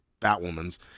Batwoman's